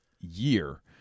year